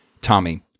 Tommy